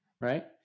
right